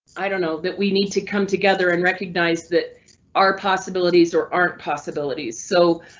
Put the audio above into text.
i don't know that we need to come together and recognize that are possibilities or aren't possibilities, so